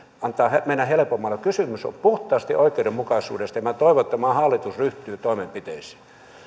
antaa mennä helpommalla kysymys on puhtaasti oikeudenmukaisuudesta ja minä toivon että maan hallitus ryhtyy toimenpiteisiin